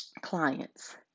clients